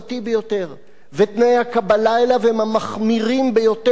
ביותר ותנאי הקבלה אליו הם המחמירים ביותר.